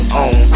on